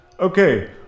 Okay